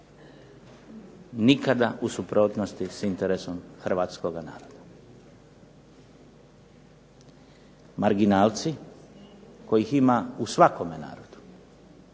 nikada u suprotnosti s interesom hrvatskoga naroda. Marginalci kojih ima u svakome narodu,